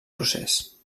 procés